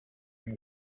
and